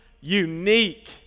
unique